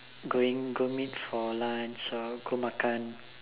going go meet for lunch or go makan